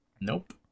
nope